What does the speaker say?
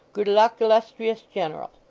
good luck, illustrious general